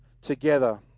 together